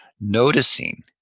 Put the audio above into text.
noticing